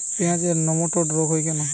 পেঁয়াজের নেমাটোড রোগ কেন হয়?